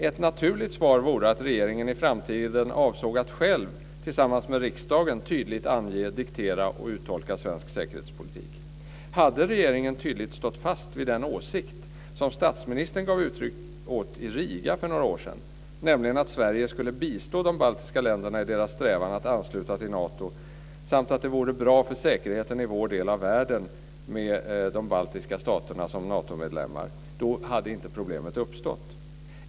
Ett naturligt svar vore att regeringen i framtiden avsåg att själv, tillsammans med riksdagen, tydligt ange, diktera och uttolka svensk säkerhetspolitik. Om regeringen tydligt hade stått fast vid den åsikt som statsministern gav uttryck för i Riga för några år sedan, nämligen att Sverige skulle bistå de baltiska länderna i deras strävan att ansluta sig till Nato samt att det vore bra för säkerheten i vår del av världen om de baltiska staterna blev Natomedlemmar, hade inte problemet uppstått.